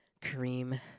Kareem